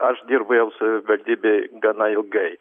aš dirbu jau savivaldybėj gana ilgai